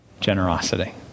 generosity